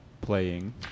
playing